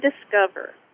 discover